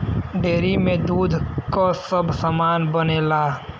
dairy में दूध क सब सामान बनेला